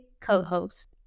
co-host